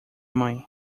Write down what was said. mãe